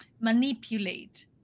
manipulate